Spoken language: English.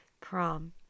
Prom